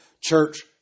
church